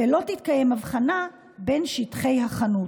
ולא תתקיים הבחנה בין שטחי החנות.